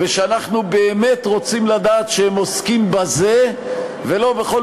אנחנו באמת רוצים לדעת שהם עוסקים בזה ולא בכל